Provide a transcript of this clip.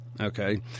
Okay